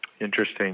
Interesting